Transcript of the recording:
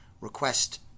request